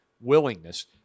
willingness